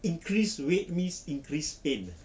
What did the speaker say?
increase weight means increase pain